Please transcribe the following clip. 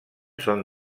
són